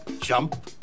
jump